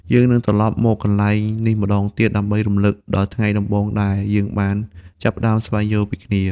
យើងនឹងត្រលប់មកកន្លែងនេះម្តងទៀត ដើម្បីរំលឹកដល់ថ្ងៃដំបូងដែលយើងបានចាប់ផ្តើមស្វែងយល់ពីគ្នា។